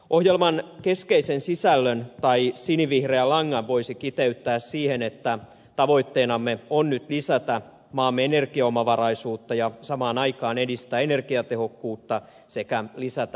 ohjelman keskeisen sisällön tai sinivihreän langan voisi kiteyttää siihen että tavoitteenamme on nyt lisätä maamme energiaomavaraisuutta ja samaan aikaan edistää energiatehokkuutta sekä lisätä energiansäästöä